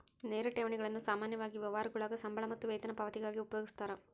ನೇರ ಠೇವಣಿಗಳನ್ನು ಸಾಮಾನ್ಯವಾಗಿ ವ್ಯವಹಾರಗುಳಾಗ ಸಂಬಳ ಮತ್ತು ವೇತನ ಪಾವತಿಗಾಗಿ ಉಪಯೋಗಿಸ್ತರ